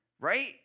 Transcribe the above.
right